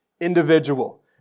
individual